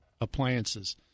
appliances